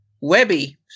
Webby